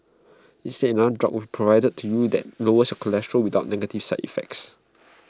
instead another drug would be provided to you that lowers your cholesterol without negative side effects